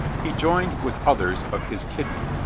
he joined with others of his kidney,